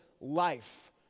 life